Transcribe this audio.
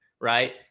Right